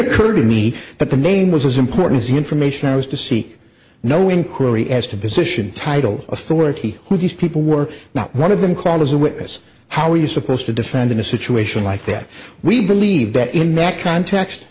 occur to me that the name was as important as the information i was to seek no inquiry as to position title authority who these people were not one of them called as a witness how are you supposed to defend in a situation like that we believe that in that context